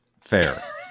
Fair